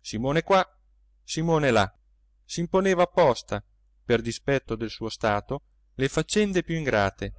simone qua simone là s'imponeva apposta per dispetto del suo stato le faccende più ingrate